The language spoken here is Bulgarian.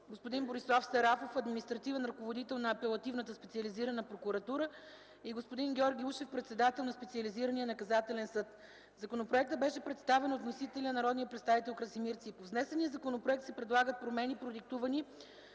господин Борислав Сарафов – административен ръководител на Апелативната специализирана прокуратура, и господин Георги Ушев – председател на Специализирания наказателен съд. Законопроектът беше представен от вносителя – народния представител Красимир Ципов. С внесеният законопроект се предлагат промени, продиктувани